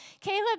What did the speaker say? Caleb